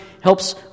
helps